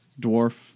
dwarf